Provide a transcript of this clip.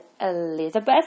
Elizabeth